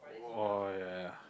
oh ya ya ya